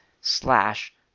slash